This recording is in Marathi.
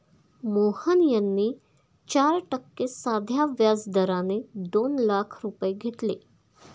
मोहन यांनी चार टक्के साध्या व्याज दराने दोन लाख रुपये घेतले